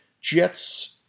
Jets